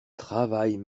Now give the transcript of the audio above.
travaille